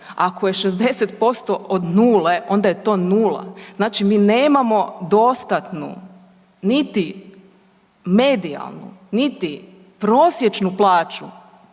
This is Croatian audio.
Ako je 60% od nule onda je to nula. Znači mi nemamo dostatnu niti medijalnu niti prosječnu plaću,